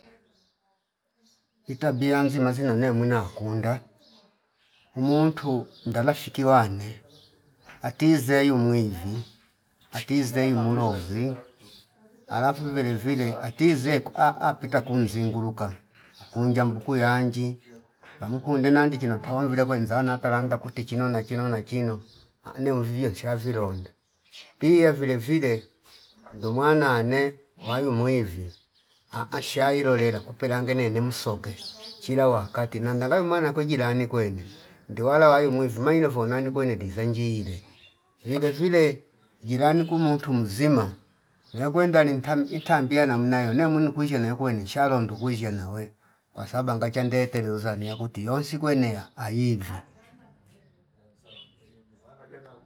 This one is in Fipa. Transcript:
Itabia anzi. azina ne mwina kunda imuntu ndala fiki wane atizeyu mwivi atizeyu mulovi alafu vile vile atize kuha apita kumzinguluka akunja mukuyu yanji pamu kunde nandi kino tomvile kwenzana atalanda kuti chino na chino na chino ane uvie shavi ronda pia vile vile ndumwana ane mwayu mwivi ahh shairo rela kupelange nene msope chila wakati nanda ndayumana kwe jilani kwene ndiwala wayu mwivi mailevo nani kweneli liza njile vile vile jilani kumuntu mzima nakwenda ali ntamu itambia namnayo nemwino kwizshe nayo kwenisha lundo kwizsha nawe kwasabanga chandete luoza nia kuti yonsi kwenea aivi